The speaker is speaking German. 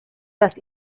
dass